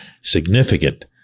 significant